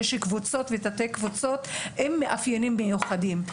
יש קבוצות ותתי קבוצות עם מאפיינים מיוחדים.